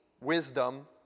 wisdom